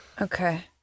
Okay